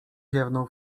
ziewnął